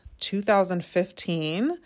2015